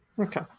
Okay